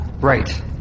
Right